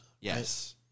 Yes